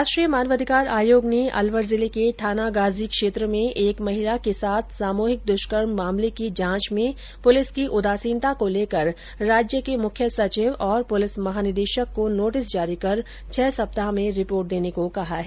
राष्ट्रीय मानवाधिकार आयोग ने अलवर जिले के थानागाजी क्षेत्र में एक महिला के साथ सामूहिक द्वष्कर्म मामले की जांच में पुलिस की उदासीनता को लेकर राज्य के मुख्य सचिव और पुलिस महानिदेशक को नोटिस जारी कर छह सप्ताह में रिपोर्ट देने को कहा है